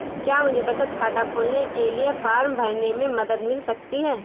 क्या मुझे बचत खाता खोलने के लिए फॉर्म भरने में मदद मिल सकती है?